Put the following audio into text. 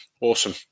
awesome